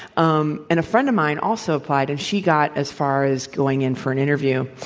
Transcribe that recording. um and a friend of mine also applied, and she got as far as going in for an interview.